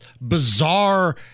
bizarre